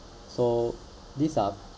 so this are